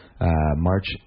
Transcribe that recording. March